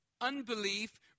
unbelief